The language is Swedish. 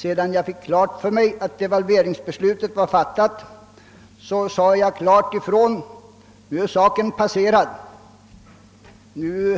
Sedan jag fått klart för mig att devalveringsbeslutet var fattat sade jag emellertid klart ifrån: Nu, när saken är passerad,